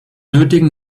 nötigen